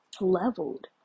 leveled